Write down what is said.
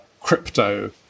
crypto